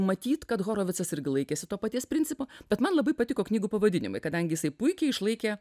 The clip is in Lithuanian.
matyt kad horovicas irgi laikėsi to paties principo bet man labai patiko knygų pavadinimai kadangi jisai puikiai išlaikė